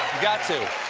got to.